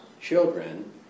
children